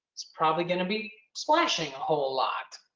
it's probably going to be splashing a whole lot.